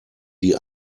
die